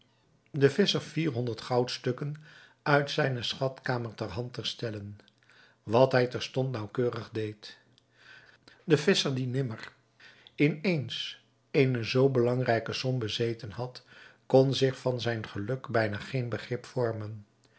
den visscher vier honderd goudstukken uit zijne schatkamer ter hand te stellen wat hij terstond naauwkeurig deed de visscher die nimmer in eens eene zoo belangrijke som bezeten had kon zich van zijn geluk bijna geen begrip vormen